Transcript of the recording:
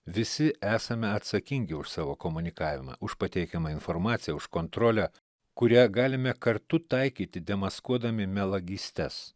visi esame atsakingi už savo komunikavimą už pateikiamą informaciją už kontrolę kurią galime kartu taikyti demaskuodami melagystes